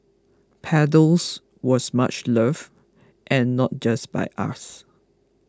paddles was much loved and not just by us